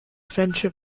friendship